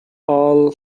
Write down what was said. all